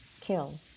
kill